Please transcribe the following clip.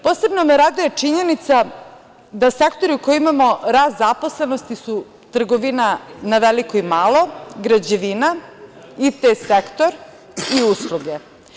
Posebno me raduje činjenica da sektori u kojima imamo rast zaposlenosti su trgovina na veliko i malo, građevina, IT sektor i usluge.